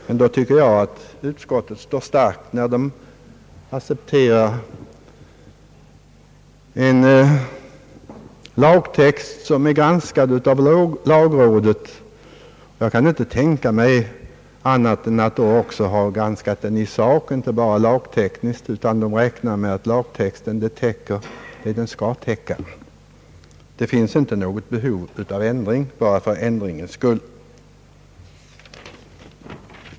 Men då tycker jag att utskottet står starkt när vi accepterar en lagtext som är granskad av lagrådet. Jag kan inte tänka mig annat än att rådet också har granskat förslaget i sak, inte bara lagtekniskt. Rådet räknar med att lagtexten täcker vad den skall täcka. Och det finns inte något behov av ändring bara för ändringens skull.